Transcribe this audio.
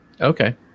Okay